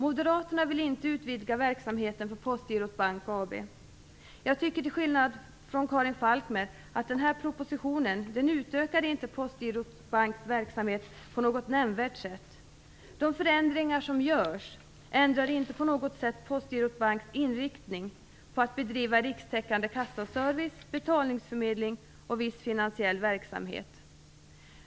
Moderaterna vill inte utvidga verksamheten för Postgirot Bank AB. Jag tycker till skillnad från Karin Falkmer att den här propositionen inte utökar Postgirot Banks verksamhet på något nämnvärt sätt. De förändringar som görs ändrar inte på något sätt Postgirot Banks inriktning när det gäller att bedriva rikstäckande kassaservice, betalningsförmedling och viss finansiell verksamhet.